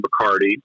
bacardi